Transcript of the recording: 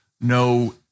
no